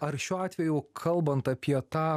ar šiuo atveju kalbant apie tą